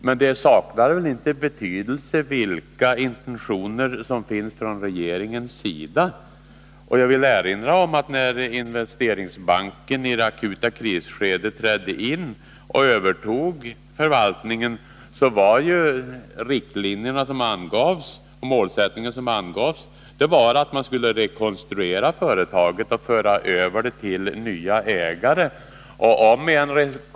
Men det saknar väl inte betydelse vilka intentioner regeringen har. Jag vill erinra om att när Investeringsbanken i det akuta krisskedet trädde in och övertog förvaltningen, så gällde riktlinjerna och målsättningen att man skulle rekonstruera företaget och föra över det till nya ägare.